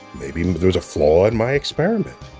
maybe there was a flaw in my experiment.